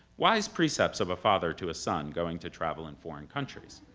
wise precepts of a father to a son going to travel in foreign countries.